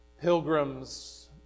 pilgrims